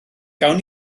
gawn